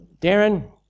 Darren